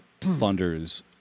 funders